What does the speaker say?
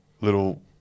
Little